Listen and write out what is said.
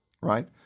right